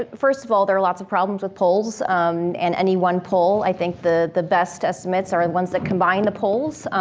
first of all there are lots of problems with polls and any one poll. i think the the best estimates are the ones that combine the polls.